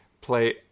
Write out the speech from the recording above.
play